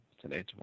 today